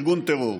ארגון טרור.